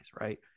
right